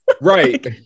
right